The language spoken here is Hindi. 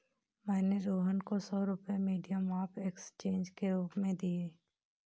मैंने रोहन को सौ रुपए मीडियम ऑफ़ एक्सचेंज के रूप में दिए